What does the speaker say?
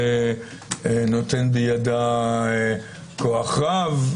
זה נותן בידה כוח רב,